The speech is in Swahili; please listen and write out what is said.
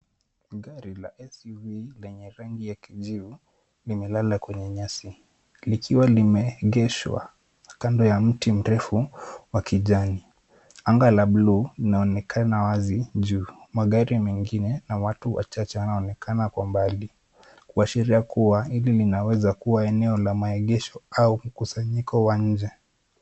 Gari la SUV lenye rangi ya kijivu limelala kwenye nyasi. Likiwa limeegeshwa kando ya mti mrefu wa kijani. Anga la bluu linaonekana wazi juu. Magari mengine na watu wachache wanaonekana kwa mbali. Kuashiria kuwa hili linaweza kuwa eneo la maegesho au kusanyiko wa nje.